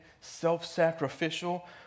self-sacrificial